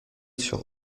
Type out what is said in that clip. sur